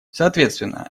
соответственно